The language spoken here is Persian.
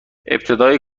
ابتدای